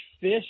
fish